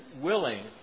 willing